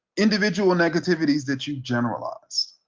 individual negativities that you generalize.